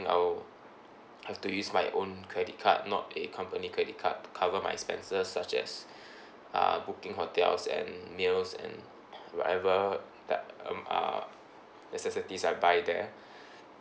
I'll have to use my own credit card not a company credit card to cover my expenses such as uh booking hotels and meals and whatever that um uh necessities I buy there